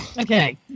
Okay